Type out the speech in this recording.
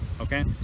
okay